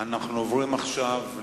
אנחנו עוברים עכשיו,